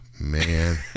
man